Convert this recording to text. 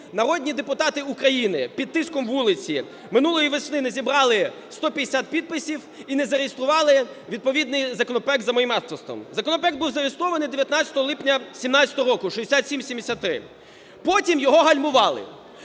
народні депутати України під тиском вулиці минулої весни не зібрали 150 підписів і не зареєстрували відповідний законопроект за моїм авторством. Законопроект був зареєстрований 19 липня 17-го року, 6773. Потім його гальмували.